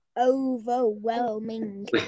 Overwhelming